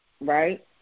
right